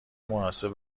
مناسب